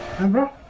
and